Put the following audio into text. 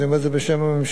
אני אומר את זה בשם הממשלה,